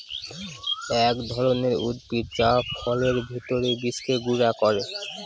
এক ধরনের উদ্ভিদ যা ফলের ভেতর বীজকে গুঁড়া করে